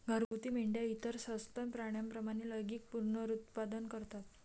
घरगुती मेंढ्या इतर सस्तन प्राण्यांप्रमाणे लैंगिक पुनरुत्पादन करतात